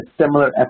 similar